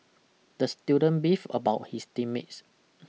the student beefed about his team mates